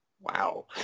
Wow